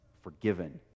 Forgiven